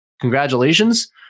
Congratulations